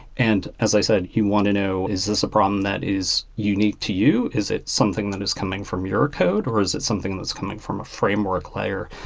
and as i said, you want to know, is this a problem that is unique to you? is it something that is coming from your code, or is it something that's coming from a framework layer?